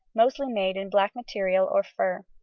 mostly made in black material or fur.